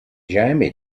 jamie